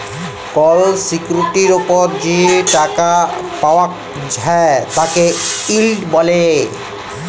call সিকিউরিটির ওপর যে টাকা পাওয়াক হ্যয় তাকে ইল্ড ব্যলে